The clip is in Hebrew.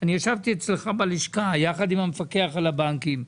אני ישבתי אצלך בלשכה יחד עם המפקח על הבנקים,